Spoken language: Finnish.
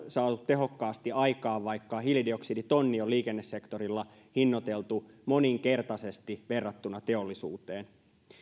saatu tehokkaasti aikaan vaikka hiilidioksiditonni on liikennesektorilla hinnoiteltu moninkertaisesti verrattuna teollisuuteen